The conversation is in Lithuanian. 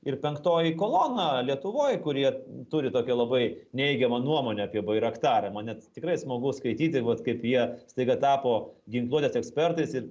ir penktoji kolona lietuvoj kurie turi tokią labai neigiamą nuomonę apie bairaktarą man net tikrai smagu skaityti vat kaip jie staiga tapo ginkluotės ekspertais ir